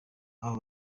abo